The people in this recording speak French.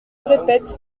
répète